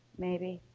maybe.